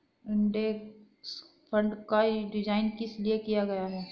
Index fund का design किस लिए किया गया है?